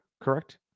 correct